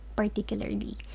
particularly